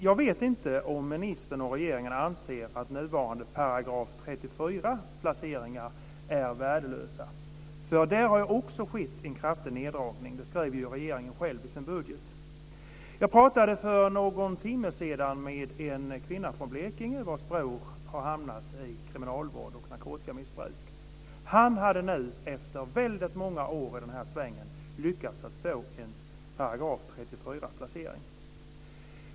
Jag vet inte om regeringen och justitieministern anser att nuvarande § 34 placeringar är värdelösa. Där har också skett en kraftig neddragning. Det skrev regeringen själv i sin budget. Jag pratade för någon timme sedan med en kvinna från Blekinge vars bror har hamnat i kriminalvård och narkotikamissbruk. Han hade nu efter väldigt många år i svängen lyckats få en § 34-placering.